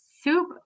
soup